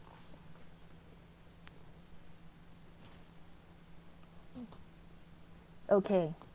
okay